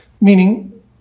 Meaning